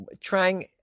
trying